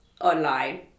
online